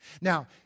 Now